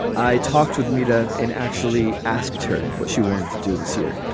i talked with mehta and actually asked her what she wanted to do this year.